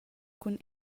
cun